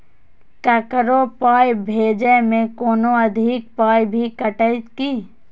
ककरो पाय भेजै मे कोनो अधिक पाय भी कटतै की?